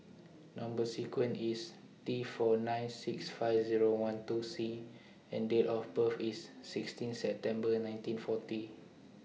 Number sequence IS T four nine six five Zero one two C and Date of birth IS sixteen September nineteen forty